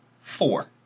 four